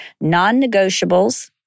Non-negotiables